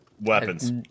Weapons